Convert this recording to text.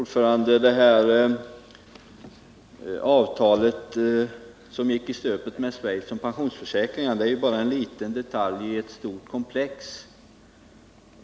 Herr talman! Det här avtalet med Schweiz om pensionsförsäkringar, som gick i stöpet, är bara en liten detalj i ett stort komplex.